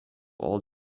all